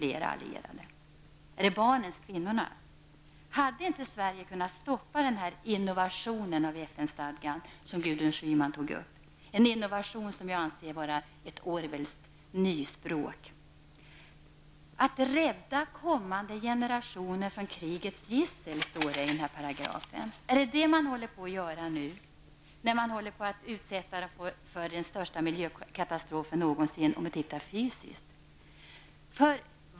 Är det barnens och kvinnornas? Hade inte Sverige kunnat stoppa den ''innovation'' av FN stadgan som Gudrun Schyman talade om? Det är en innovation som jag anser innebära ett Orwellskt nyspråk. Att rädda kommande generationer från krigets gissel, som det står i den här paragrafen -- är det vad man håller på att göra nu, när man utsätter människor för den största miljökatastrofen någonsin, om vi ser det fysiskt?